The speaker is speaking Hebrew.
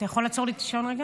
אתה יכול לעצור לי את השעון רגע?